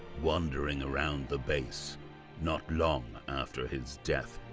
wandering around the base not long after his death.